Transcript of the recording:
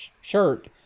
shirt